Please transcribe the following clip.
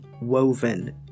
woven